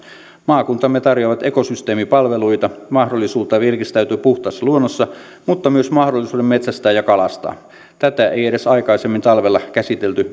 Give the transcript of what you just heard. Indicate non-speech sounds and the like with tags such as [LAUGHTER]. maakuntamme tarjoavat ekosysteemipalveluita mahdollisuutta virkistäytyä puhtaassa luonnossa mutta myös mahdollisuuden metsästää ja kalastaa tätä ei edes aikaisemmin talvella käsitelty [UNINTELLIGIBLE]